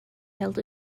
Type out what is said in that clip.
held